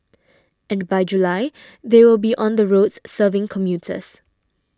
and by July they will be on the roads serving commuters